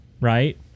right